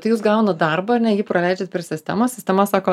tai jūs gaunat darbą ar ne jį praleidžiat per sistemą sistema sako